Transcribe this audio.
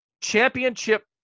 championship